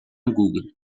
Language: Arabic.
جوجل